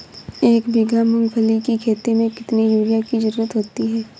एक बीघा मूंगफली की खेती में कितनी यूरिया की ज़रुरत होती है?